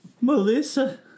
Melissa